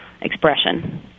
expression